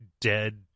dead